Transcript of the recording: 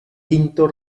quinto